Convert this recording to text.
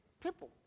people